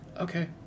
Okay